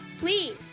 Please